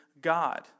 God